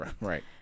Right